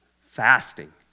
fasting